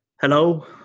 hello